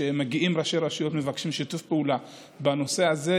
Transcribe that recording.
כשמגיעים ראשי רשויות ומבקשים שיתוף פעולה בנושא הזה,